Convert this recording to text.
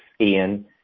Ian